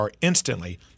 instantly